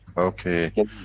okay.